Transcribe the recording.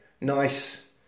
nice